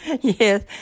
Yes